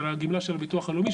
על הגמלה של הביטוח הלאומי,